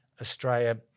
Australia